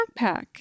backpack